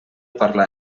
parlar